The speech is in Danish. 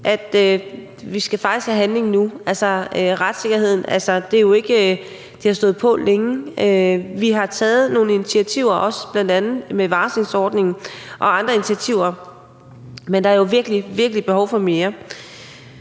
faktisk skal have handling nu? Med hensyn til retssikkerheden har det jo stået på længe, og vi har taget nogle initiativer, bl.a. også med varslingsordningen og andre initiativer, men der er jo virkelig, virkelig behov for mere.